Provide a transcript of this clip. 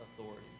authority